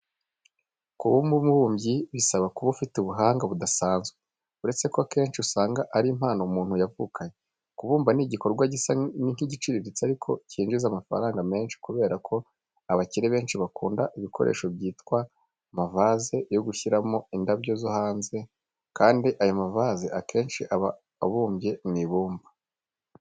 Kuba umubumbyi bisaba kuba ufite ubuhanga budasanzwe, uretse ko akenshi usanga ari impano umunu yavukanye. Kubumba ni igikorwa gisa nk'igiciriritse ariko cyinjiza amafaranga menshi kubera ko abakire benshi bakunda ibikoresho byitwa amavaze yo gushyiramo indabyo zo hanze kandi ayo mavaze akenshi aba abumbye mu ibumba.